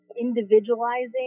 individualizing